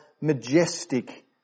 majestic